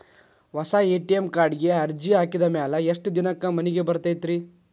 ಹೊಸಾ ಎ.ಟಿ.ಎಂ ಕಾರ್ಡಿಗೆ ಅರ್ಜಿ ಹಾಕಿದ್ ಮ್ಯಾಲೆ ಎಷ್ಟ ದಿನಕ್ಕ್ ಮನಿಗೆ ಬರತೈತ್ರಿ?